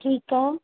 ठीकु आहे